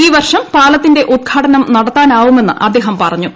ഈ വർഷം പാലത്തിന്റെ ഉദ്ഘാടനം നടത്താനാവുമെന്ന് അദ്ദേഹം പറഞ്ഞു